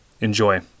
Enjoy